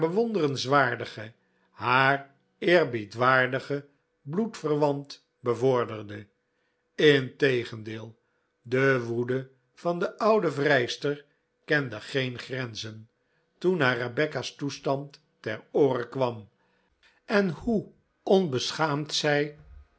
bewonderenswaardige haar eerbiedwaardige bloedverwant bevorderde integendeel de woede van de oude vrijster kende geen grenzen toen haar rebecca's toestand ter oore kwam en hoe onbeschaamd zij